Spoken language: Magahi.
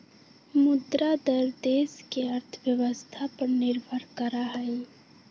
मुद्रा दर देश के अर्थव्यवस्था पर निर्भर करा हई